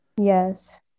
yes